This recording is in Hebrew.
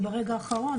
לייצר רצף טיפולי מתאים,